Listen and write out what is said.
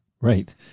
Right